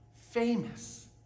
famous